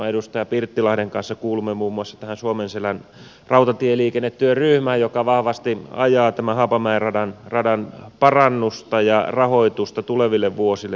edustaja pirttilahden kanssa kuulumme muun maussa tähän suomenselän rautatieliikennetyöryhmään joka vahvasti ajaa tämän haapamäen radan parannusta ja rahoitusta tuleville vuosille